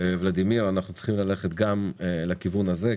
ולדימיר בליאק אנחנו צריכים ללכת גם לכיוון הזה,